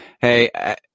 hey